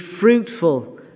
fruitful